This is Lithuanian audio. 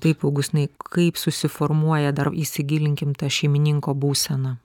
taip augustinai kaip susiformuoja dar įsigilinkim į tą šeimininko būseną